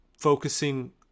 focusing